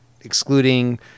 excluding